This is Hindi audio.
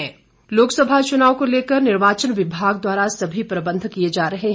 चुनाव प्रबंध लोकसभा चुनाव को लेकर निर्वाचन विभाग द्वारा सभी प्रबंध किए जा रहे हैं